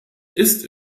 ist